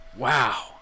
Wow